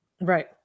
Right